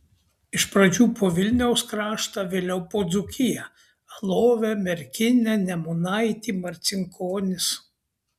iš pradžių po vilniaus kraštą vėliau po dzūkiją alovę merkinę nemunaitį marcinkonis